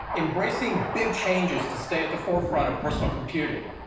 embracing big changes to stay at the forefront of personal computing.